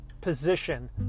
position